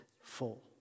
full